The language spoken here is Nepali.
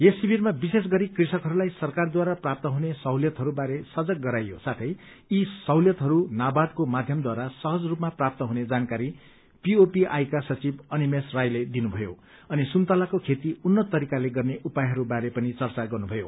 यस शिविरमा विशेष गरी कृषकहरूलाई सरकारद्वारा प्राप्त हुने सहुलियतहरू बारे सजग गराइयो साथै यी सहुलियतहस् नाबाईको माध्यमद्वारा सहज रूपमा प्राप्त हुने जानकारी पीओपी आईका सचिव अनिमेष रायले दिनुभयो अनि सुन्तलाको खेती उन्नत तरिकाले गर्ने उपायहरू बारे पनि चर्चा गर्नुभयो